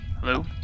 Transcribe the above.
Hello